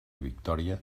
victòria